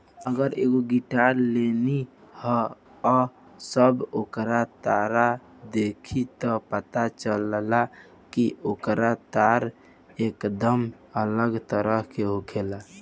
आज एगो गिटार लेनी ह आ जब ओकर तार देखनी त पता चलल कि ओकर तार एकदम अलग तरह के होखेला